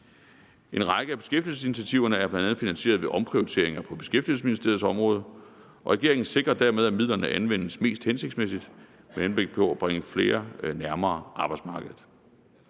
En række af beskæftigelsesinitiativerne er bl.a. finansieret ved omprioriteringer på Beskæftigelsesministeriets område, og regeringen sikrer dermed, at midlerne anvendes mest hensigtsmæssigt med henblik på at bringe flere nærmere arbejdsmarkedet.